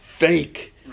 fake